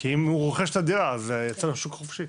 כי אם הוא רוכש את הדירה אז היא יוצאת לשוק חופשי,